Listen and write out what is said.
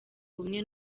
bumwe